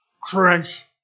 crunch